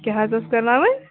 کیٛاہ حظ ٲس کَرناوٕنۍ